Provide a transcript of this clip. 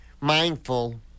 mindful